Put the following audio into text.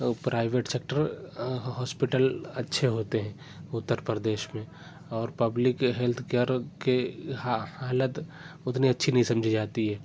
private sector hospital اچھے ہوتے ہیں اُتر پردیش میں اور پبلک ہیلتھ کئیر کے حالت اتنی اچھی نہیں سمجھی جاتی ہے